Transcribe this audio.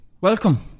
Welcome